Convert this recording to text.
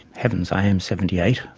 heavens, i am seventy eight.